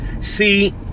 See